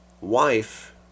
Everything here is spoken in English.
wife